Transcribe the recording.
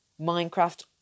Minecraft